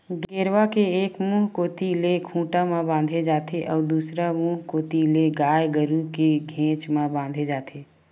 गेरवा के एक मुहूँ कोती ले खूंटा म बांधे जाथे अउ दूसर मुहूँ कोती ले गाय गरु के घेंच म बांधे जाथे